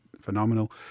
phenomenal